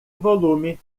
volume